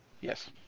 Yes